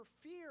fear